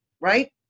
right